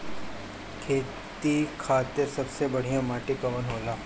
खेती खातिर सबसे बढ़िया माटी कवन ह?